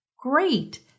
Great